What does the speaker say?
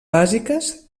bàsiques